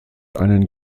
einen